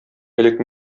элек